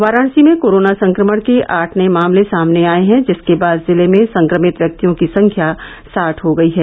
वाराणसी में कोरोना संक्रमण के आठ नए मामले सामने आए हैं जिसके बाद जिले में संक्रमित व्यक्तियों की संख्या साठ हो गयी है